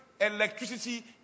electricity